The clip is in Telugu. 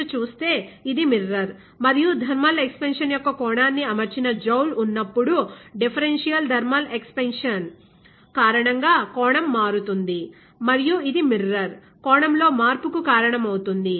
మీరు చూస్తే ఇది మిర్రర్ మరియు థర్మల్ ఎక్సపెన్షన్ యొక్క కోణాన్ని అమర్చిన జౌల్ ఉన్నప్పుడు డిఫరెన్షియల్ థర్మల్ ఎక్సపెన్షన్ కారణంగా కోణం మారుతుంది మరియు ఇది మిర్రర్ కోణం లో మార్పుకు కారణమవుతుంది